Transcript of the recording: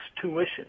tuition